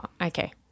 okay